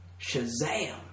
Shazam